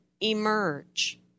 emerge